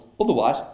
Otherwise